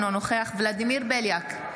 אינו נוכח ולדימיר בליאק,